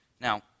Now